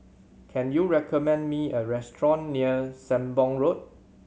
can you recommend me a restaurant near Sembong Road